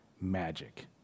magic